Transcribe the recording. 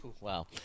wow